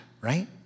right